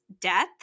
death